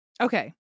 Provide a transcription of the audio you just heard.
okay